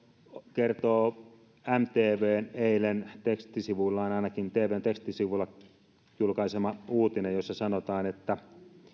kertoo mtvn eilen ainakin tvn tekstisivuillaan julkaisema uutinen jossa sanotaan että